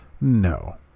No